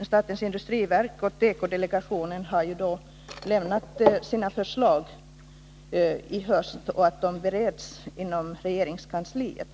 statens industriverk och tekodelegationen i höst har lämnat sina rapporter och att de bereds inom regeringskansliet.